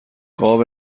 قاب